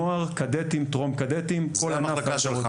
נוער כד"תים, טרום כד"תים, זו המחלקה שלי.